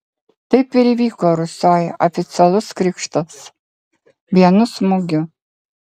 taip ir įvyko rusioj oficialus krikštas vienu smūgiu